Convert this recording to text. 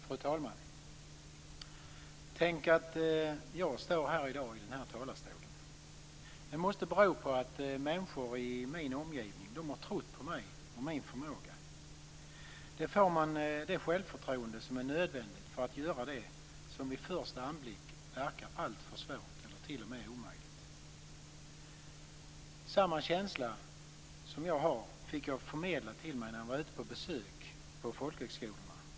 Fru talman! Tänk att jag står i den här talarstolen i dag! Det måste bero på att människor i min omgivning har trott på mig och på min förmåga. Då får man det självförtroende som är nödvändigt för att göra det som vid en första anblick verkar alltför svårt eller t.o.m. omöjligt. Samma känsla som jag har fick jag förmedlad till mig när jag var ute på besök på folkhögskolorna.